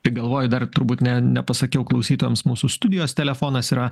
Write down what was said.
tai galvoju dar turbūt ne nepasakiau klausytojams mūsų studijos telefonas yra